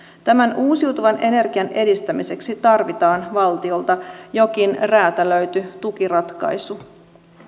tämän uusiutuvan energian edistämiseksi tarvitaan valtiolta jokin räätälöity tukiratkaisu